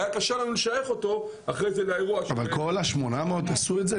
היה קשה לנו לשייך אותו לאירוע --- אבל כל ה-800 עשו את זה?